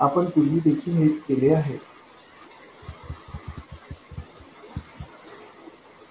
आपण पूर्वी देखील हेच केले होते